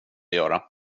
göra